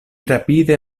rapide